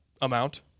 amount